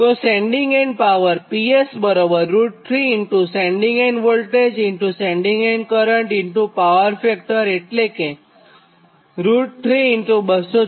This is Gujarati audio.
તો સેન્ડીંગ એન્ડ પાવરPS બરાબર √3 ∗ sending end voltage sending end current power factor એટલે કે √3 ∗ 224